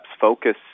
focus